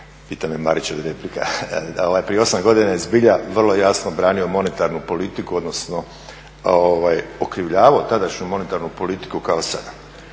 pita me Marić je li replika, prije 8 godina je zbilja vrlo jasno branio monetarnu politiku, odnosno okrivljavao tadašnju monetarnu politiku kao sada.